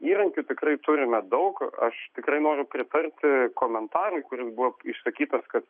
įrankių tikrai turime daug aš tikrai noriu pritarti komentarui kuris buvo išsakytas kad